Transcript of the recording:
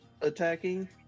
attacking